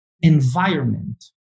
environment